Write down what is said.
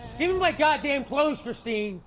give me my goddamn clothes, christine!